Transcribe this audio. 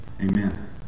Amen